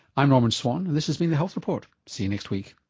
i'm norman swan and this has been the health report. see you next week